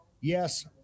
yes